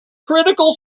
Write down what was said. critical